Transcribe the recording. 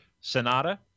Sonata